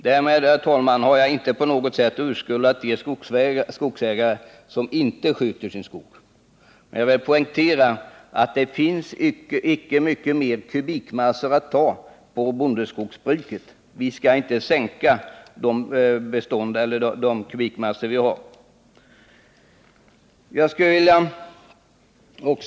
Därmed, herr talman, har jag inte på något sätt urskuldat de skogsägare som inte sköter sin skog, men jag vill poängtera att det inte finns mycket mer kubikmassa att ta i bondeskogsbruket. Vi skall inte minska de kubikmassor vi nu har.